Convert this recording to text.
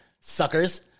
Suckers